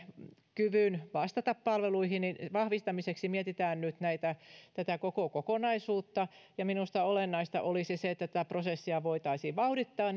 kyvyn vastata palveluihin vahvistamiseksi kun nyt mietitään tätä koko kokonaisuutta ja minusta olennaista olisi että tätä prosessia voitaisiin vauhdittaa